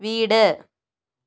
വീട്